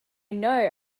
know